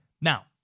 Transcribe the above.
Now